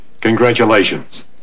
Congratulations